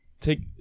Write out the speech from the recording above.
take